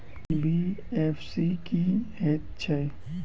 NBFC की हएत छै?